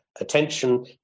attention